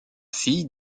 fille